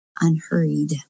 unhurried